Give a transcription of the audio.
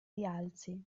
rialzi